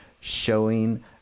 showing